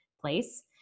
place